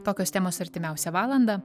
tokios temos artimiausią valandą